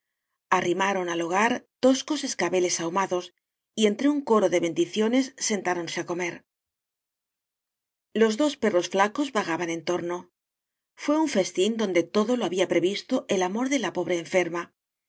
arrimaron al hogar toscos escabeles ahumados y entre un coro de bendiciones sentáronse á comer d los dos perros flacos vagaban en torno fué un festín donde todo lo había previsto el amor de la pobre enferma